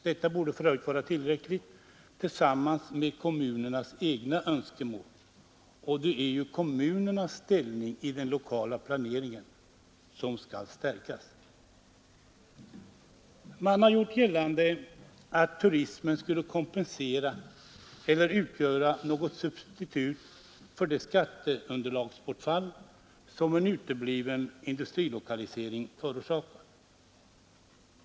Detta borde för övrigt vara tillräckligt tillsammans med kommunernas egna önskemål, och det är ju kommunernas ställning i den lokala planeringen som skall stärkas. Man har gjort gällande att turismen skulle kompensera eller utgöra något substitut för det skatteunderlagsbortfall som en utebliven industrilokalisering förorsakar.